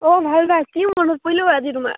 অঁ ভাল ভাল কি মনত পৰিলেও আজি তোমাৰ